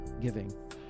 giving